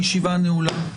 הישיבה נעולה.